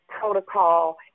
protocol